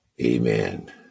amen